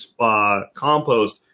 compost